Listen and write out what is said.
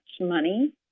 money